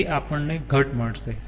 તેથી આપણને ઘટ મળશે